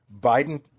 Biden